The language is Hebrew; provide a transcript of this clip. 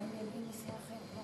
אדוני היושב-ראש,